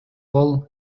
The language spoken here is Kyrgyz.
кол